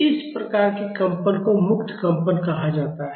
इस प्रकार के कंपन को मुक्त कंपन कहा जाता है